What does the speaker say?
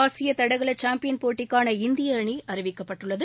ஆசிய தடகள சாம்பியன் போட்டிக்கான இந்திய அணி அறிவிக்கப்பட்டுள்ளது